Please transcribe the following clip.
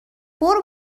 برو